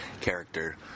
character